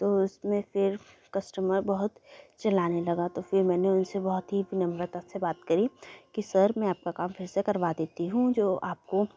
तो उस में फिर कस्टमर बहुत चिल्लाने लगा तो फिर मैंने उन से बहुत से विनम्रता से बात करी कि सर मैं आपका काम फिर से करवा देती हूँ जो आपको